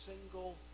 single